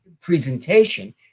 presentation